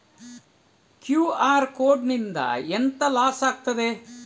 QR code ನಿಂದ ಎಂತ loss ಆಗ್ತದೆ?